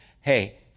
Hey